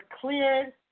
cleared